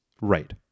Right